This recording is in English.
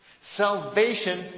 Salvation